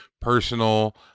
personal